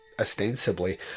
ostensibly